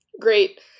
Great